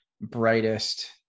brightest